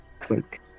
Click